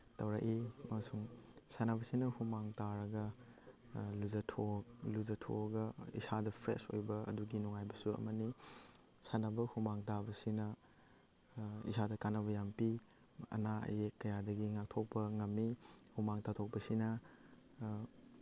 ꯇꯧꯔꯛꯏ ꯑꯃꯁꯨꯡ ꯁꯥꯟꯅꯕꯁꯤꯅ ꯍꯨꯃꯥꯡ ꯇꯥꯔꯒ ꯂꯨꯖꯊꯣꯛꯑꯒ ꯏꯁꯥꯗ ꯐ꯭ꯔꯦꯁ ꯑꯣꯏꯕ ꯑꯗꯨꯒꯤ ꯅꯨꯡꯉꯥꯏꯕꯁꯨ ꯑꯃꯅꯤ ꯁꯥꯟꯅꯕ ꯍꯨꯃꯥꯡ ꯇꯥꯕꯁꯤꯅ ꯏꯁꯥꯗ ꯀꯥꯟꯅꯕ ꯌꯥꯝ ꯄꯤ ꯑꯅꯥ ꯑꯌꯦꯛ ꯀꯌꯥꯗꯒꯤ ꯉꯥꯛꯊꯣꯛꯄ ꯉꯝꯃꯤ ꯍꯨꯃꯥꯡ ꯊꯥꯗꯣꯛꯄꯁꯤꯅ